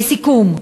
לסיכום,